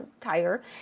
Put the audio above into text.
tire